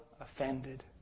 offended